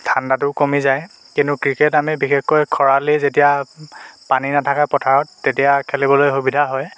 ঠাণ্ডাটোও কমি যায় কিন্তু ক্ৰিকেট আমি বিশেষকৈ খৰালি যেতিয়া পানী নাথাকে পথাৰত তেতিয়া খেলিবলৈ সুবিধা হয়